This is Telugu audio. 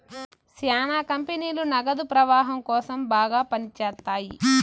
శ్యానా కంపెనీలు నగదు ప్రవాహం కోసం బాగా పని చేత్తాయి